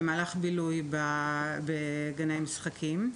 במהלך בילוי בגני המשחקים,